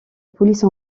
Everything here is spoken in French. police